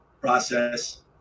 process